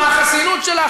מה החסינות שלך,